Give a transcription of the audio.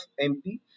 MP